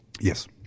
Yes